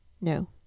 No